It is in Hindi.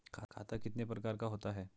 खाता कितने प्रकार का होता है?